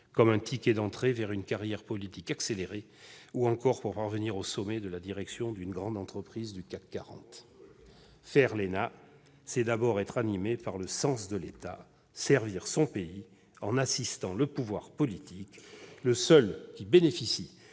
comme un ticket d'entrée dans une carrière politique accélérée, ou encore comme un moyen de parvenir au sommet de la direction d'une grande entreprise du CAC 40. Faire l'ENA, c'est d'abord être animé par le sens de l'État, c'est vouloir servir son pays en assistant le pouvoir politique, le seul qui bénéficie